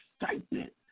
excitement